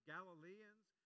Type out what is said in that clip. Galileans